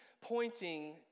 pointing